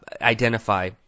identify